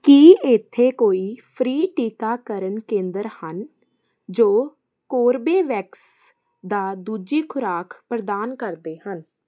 ਕੀ ਇੱਥੇ ਕੋਈ ਫ੍ਰੀ ਟੀਕਾਕਰਨ ਕੇਂਦਰ ਹਨ ਜੋ ਕੋਰਬੇਵੈਕਸ ਦਾ ਦੂਜੀ ਖੁਰਾਕ ਪ੍ਰਦਾਨ ਕਰਦੇ ਹਨ